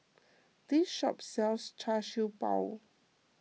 this shop sells Char Siew Bao